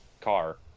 car